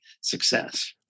success